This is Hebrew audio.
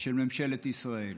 של ממשלת ישראל.